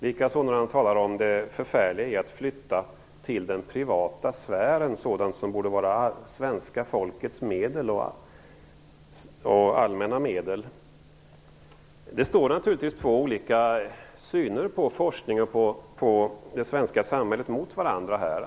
Likadant är det när han talar om det förfärliga i att flytta till den privata sfären sådant som borde vara svenska folkets medel och allmänna medel. Två olika sätt att se på forskning och på det svenska samhället står naturligtvis mot varandra här.